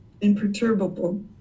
imperturbable